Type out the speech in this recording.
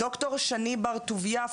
דוקטור שני בר טוביה,